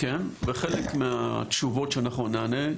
וחלק מהתשובות שאנחנו נענה,